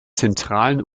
zentralen